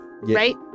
Right